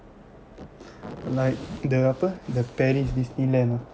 like the apa the Paris Disneyland